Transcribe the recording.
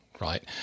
right